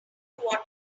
what